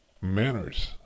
Manners